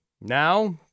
now